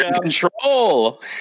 control